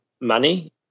money